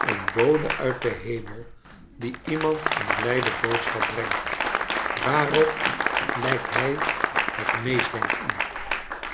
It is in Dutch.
een bode uit den hemel die iemand een blijde boodschap brengt waarop lijkt hij het meest denkt u